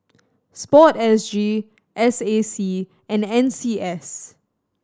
Sport S G S A C and N C S